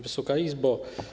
Wysoka Izbo!